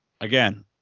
Again